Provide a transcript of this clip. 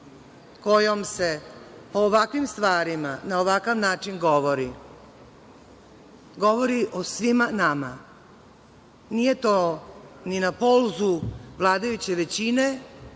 kojom se o ovakvim stvarima na ovakav način govori, govori o svima nama. Nije to ni na polu zlu vladajuće većine